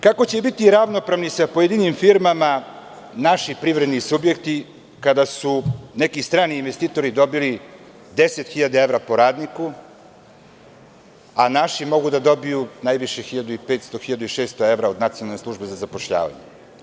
Kako će biti ravnopravni sa pojedinim firmama naši privredni subjekti kada su neki strani investitori dobili 10.000 evra po radniku, a naši mogu da dobiju najviše 1.500 do 1.600 evra od Nacionalne službe za zapošljavanje?